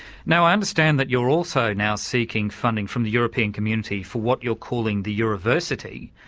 now i understand that you're also now seeking funding from the european community for what you're calling the euroversity,